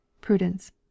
Prudence